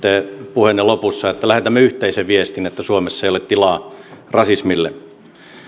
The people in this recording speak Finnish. puheenne lopussa että lähetämme yhteisen viestin että suomessa ei ole tilaa rasismille